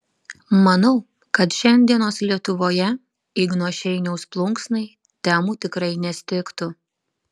manau kad šiandienos lietuvoje igno šeiniaus plunksnai temų tikrai nestigtų